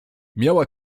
miała